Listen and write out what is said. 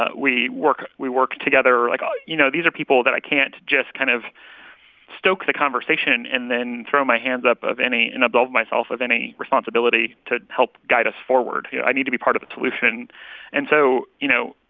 we work we work together. like, you know, these are people that i can't just kind of stoke the conversation and then throw my hands up of any and absolve myself of any responsibility to help guide us forward. you know i need to be part of the solution and so, you know,